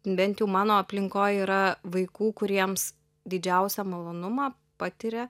bent jau mano aplinkoj yra vaikų kuriems didžiausią malonumą patiria